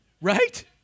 right